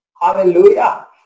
Hallelujah